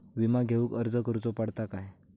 विमा घेउक अर्ज करुचो पडता काय?